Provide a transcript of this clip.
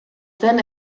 zen